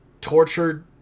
tortured